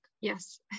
Yes